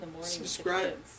Subscribe